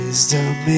Wisdom